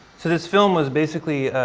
so, this film was basically,